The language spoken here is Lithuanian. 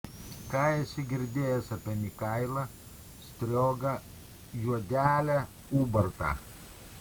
ką esi girdėjęs apie mikailą striogą juodelę ubartą